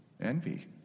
envy